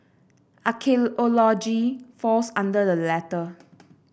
archaeology falls under the latter